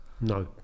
No